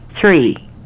three